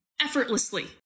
effortlessly